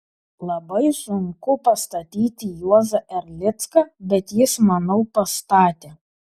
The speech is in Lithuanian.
labai sunku pastatyti juozą erlicką bet jis manau pastatė